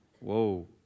Whoa